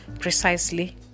precisely